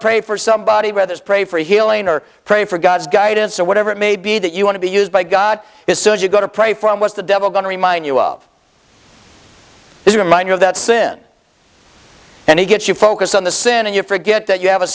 pray for somebody read this pray for healing or pray for god's guidance or whatever it may be that you want to be used by god it says you go to pray for him was the devil going to remind you of this remind you of that sin and he gets you focus on the sin and you forget that you have a